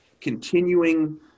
continuing